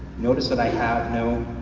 notice that i have now,